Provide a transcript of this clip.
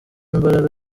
imbaraga